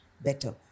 better